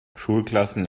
schulklassen